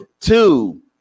Two